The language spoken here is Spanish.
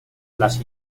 las